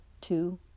two